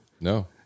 No